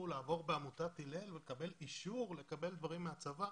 לעבור בעמותת הלל ולקבל אישור לקבל דברים מהצבא,